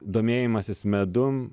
domėjimasis medum